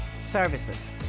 Services